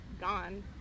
gone